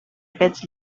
aquests